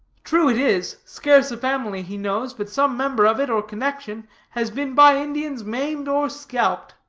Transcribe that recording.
true it is, scarce a family he knows but some member of it, or connection, has been by indians maimed or scalped.